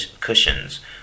cushions